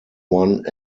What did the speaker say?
one